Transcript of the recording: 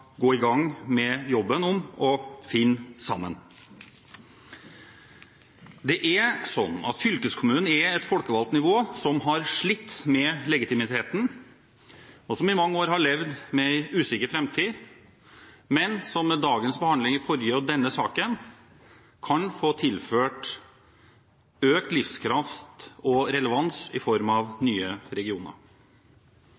gå i gang med jobben med å finne sammen. Fylkeskommunen er et folkevalgt nivå som har slitt med legitimiteten og i mange år har levd med en usikker framtid, men som med dagens behandling i den forrige og denne saken kan få tilført økt livskraft og relevans i form av